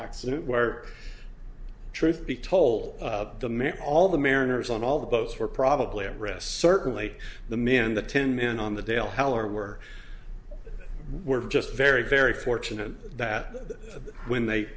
accident where truth be told the met all the mariners on all the boats were probably everest certainly the men the ten min on the dale heller were were just very very fortunate that when they